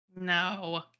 No